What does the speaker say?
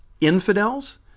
infidels